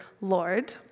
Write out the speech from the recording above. Lord